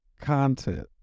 content